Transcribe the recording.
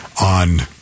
on